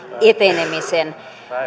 etenemisen